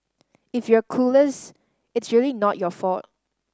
if you're clueless it's really not your fault